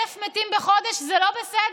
1,000 מתים בחודש זה לא בסדר.